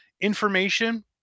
information